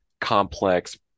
complex